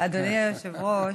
אדוני היושב-ראש,